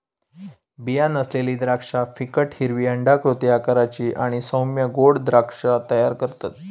बीया नसलेली द्राक्षा फिकट हिरवी अंडाकृती आकाराची आणि सौम्य गोड द्राक्षा तयार करतत